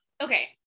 Okay